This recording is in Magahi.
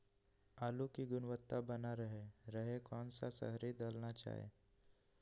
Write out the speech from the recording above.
आलू की गुनबता बना रहे रहे कौन सा शहरी दलना चाये?